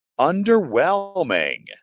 underwhelming